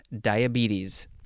diabetes